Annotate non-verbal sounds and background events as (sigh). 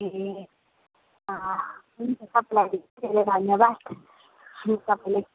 अँ हुन्छ तपाईँलाई (unintelligible) धन्यवाद अनि तपाईँलाई